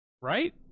right